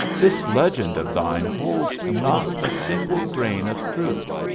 this legend of thine holds not a single grain of truth.